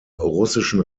russischen